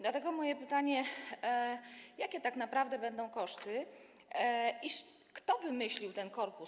Dlatego moje pytanie: Jakie tak naprawdę będą koszty i kto wymyślił ten korpus?